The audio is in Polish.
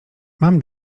mam